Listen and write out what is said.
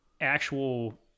actual